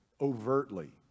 overtly